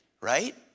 right